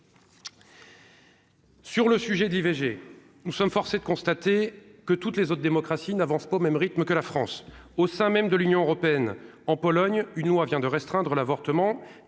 Sur le sujet, d'IVG nous sommes forcé de constater que toutes les autres démocraties n'avancent pas au même rythme que la France au sein même de l'Union européenne en Pologne : une loi vient de restreindre l'avortement